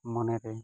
ᱢᱚᱱᱮ ᱨᱮ